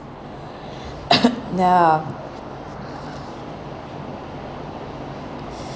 ya